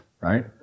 right